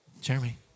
jeremy